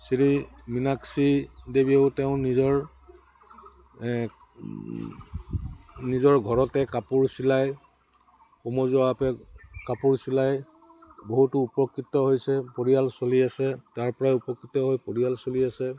শ্ৰী মিনাকক্ষী দেৱীও তেওঁ নিজৰ নিজৰ ঘৰতে কাপোৰ চিলাই সমজুৱাভাৱে কাপোৰ চিলাই বহুতো উপকৃত হৈছে পৰিয়াল চলি আছে তাৰপৰাই উপকৃত হৈ পৰিয়াল চলি আছে